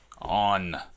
on